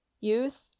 Youth